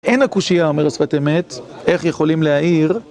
אין הקושייה, אומר השפת אמת, איך יכולים להאיר.